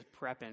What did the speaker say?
prepping